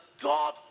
God